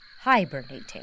hibernating